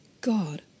God